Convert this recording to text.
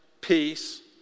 peace